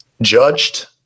judged